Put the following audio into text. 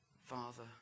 Father